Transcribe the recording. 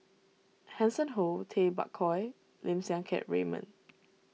Hanson Ho Tay Bak Koi Lim Siang Keat Raymond